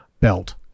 belt